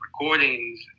recordings